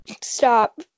Stop